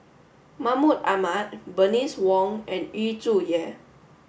Mahmud Ahmad Bernice Wong and Yu Zhuye